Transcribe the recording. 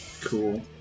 Cool